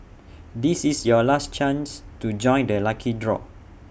this is your last chance to join the lucky draw